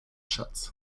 schatz